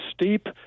steep